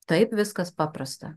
taip viskas paprasta